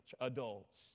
adults